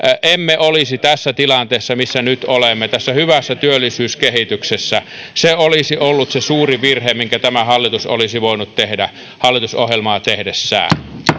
emme olisi tässä tilanteessa missä nyt olemme tässä hyvässä työllisyyskehityksessä se olisi ollut se suurin virhe minkä tämä hallitus olisi voinut tehdä hallitusohjelmaa tehdessään